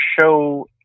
show